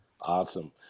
Awesome